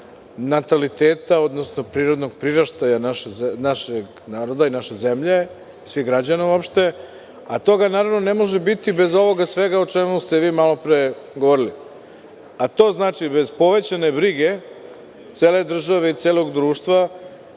nataliteta, odnosno prirodnog priraštaja našeg naroda i naše zemlje i svih građana uopšte. Toga naravno ne može biti bez ovoga svega o čemu ste vi malopre govorili. To znači bez povećane brige cele države i celog društva,